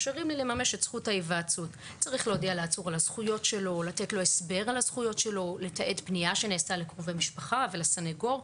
לשלוח את הבקשה למינוי הסנגור ולהודיע על הבקשה למינוי הסנגור,